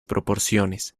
proporciones